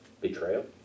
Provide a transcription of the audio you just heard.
betrayal